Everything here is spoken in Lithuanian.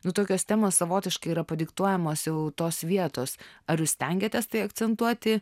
nu tokios temos savotiškai yra padiktuojamos jau tos vietos ar jūs stengiatės tai akcentuoti